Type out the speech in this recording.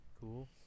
cool